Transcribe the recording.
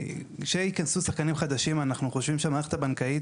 כשייכנסו שחקנים חדשים אנחנו חושבים שהמערכת הבנקאית